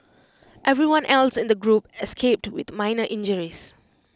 everyone else in the group escaped with minor injuries